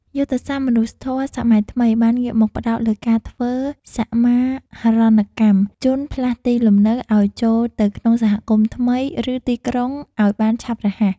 យុទ្ធសាស្ត្រមនុស្សធម៌សម័យថ្មីបានងាកមកផ្តោតលើការធ្វើសមាហរណកម្មជនផ្លាស់ទីលំនៅឱ្យចូលទៅក្នុងសហគមន៍ថ្មី ឬទីក្រុងឱ្យបានឆាប់រហ័ស។